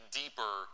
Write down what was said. deeper